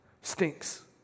stinks